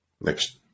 next